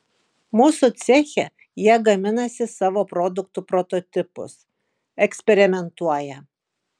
mūsų ceche jie gaminasi savo produktų prototipus eksperimentuoja